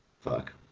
Fuck